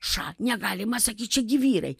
ša negalima sakyti čia gi vyrai